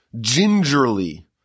gingerly